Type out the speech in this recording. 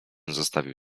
zostawił